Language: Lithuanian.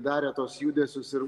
darė tuos judesius ir